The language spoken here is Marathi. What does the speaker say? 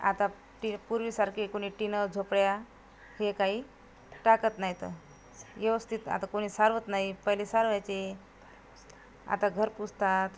आता ते पूर्वीसारखे कोणी टीनं झोपया हे काही टाकत नाही तर व्यवस्थित आता कोणी सारवत नाही पहिले सारवायचे आता घर पुसतात